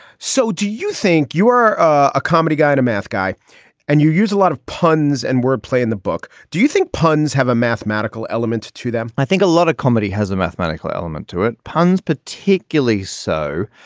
so do you think you're a comedy guy and a math guy and you use a lot of puns and wordplay in the book? do you think puns have a mathematical element to them? i think a lot of comedy has a mathematical element to it. puns particularly so.